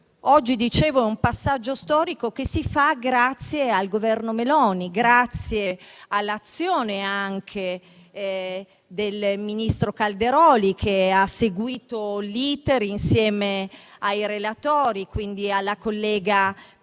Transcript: Oggi c'è dunque un passaggio storico che si fa grazie al Governo Meloni e anche all'azione del ministro Calderoli, che ha seguito l'*iter* insieme ai relatori, quindi alla collega Pirovano